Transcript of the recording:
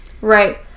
right